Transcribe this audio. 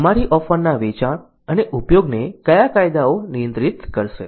અમારી ઓફરના વેચાણ અને ઉપયોગને કયા કાયદાઓ નિયંત્રિત કરશે